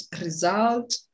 result